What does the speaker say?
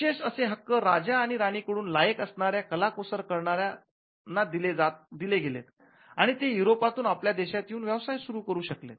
विशेष असे हक्क राजा आणि राणी कडून लायक असणाऱ्या कलाकुसर करणाऱ्याला दिले गेलेत आणि ते युरोपातून आपल्या देशात येऊन व्यवसाय सुरू करू शकले